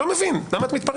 לא מבין, למה את מתפרצת?